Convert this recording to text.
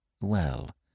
Well